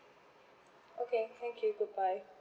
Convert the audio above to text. okay thank you goodbye